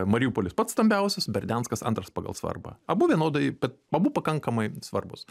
mariupolis pats stambiausias berdianskas antras pagal svarbą abu vienodai bet abu pakankamai svarbūs